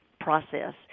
process